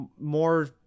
more